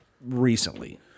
recently